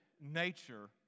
nature